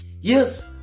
Yes